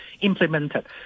implemented